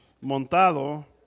montado